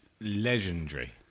Legendary